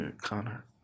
Connor